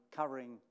covering